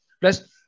plus